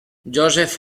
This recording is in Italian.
joseph